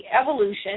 evolution